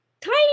tiny